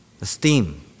esteem